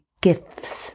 gifts